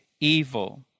evil